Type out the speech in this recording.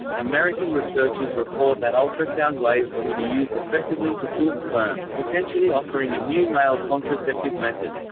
american researchers report that ultrasound waves can be used effectively to kill sperm, potentially offering a new male contraceptive method.